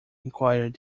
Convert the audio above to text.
enquired